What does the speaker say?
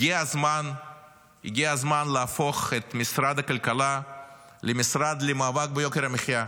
הגיע הזמן להפוך את משרד הכלכלה למשרד למאבק ביוקר המחיה,